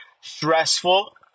stressful